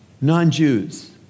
non-Jews